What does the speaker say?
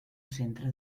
centre